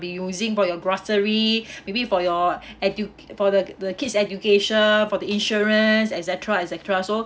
be using for your grocery maybe for your edu~ for the the kids education for the insurance etcetera etcetera so